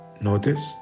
Notice